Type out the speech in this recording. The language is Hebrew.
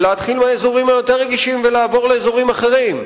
ולהתחיל מהאזורים היותר-רגישים ולעבור לאזורים אחרים,